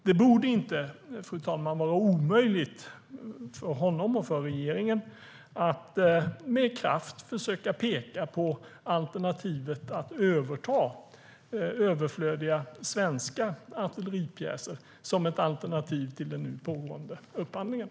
Det borde inte vara omöjligt för honom och för regeringen att med kraft försöka peka på alternativet att överta överflödiga svenska artilleripjäser som ett alternativ till den nu pågående upphandlingen.